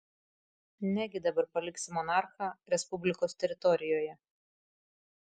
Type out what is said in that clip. negi dabar paliksi monarchą respublikos teritorijoje